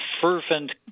fervent